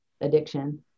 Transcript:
addiction